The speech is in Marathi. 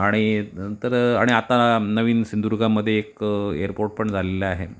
आणि नंतर आणि आता नवीन सिंधुदुर्गामध्ये एक एअरपोर्ट पण झालेलं आहे